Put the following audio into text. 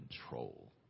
control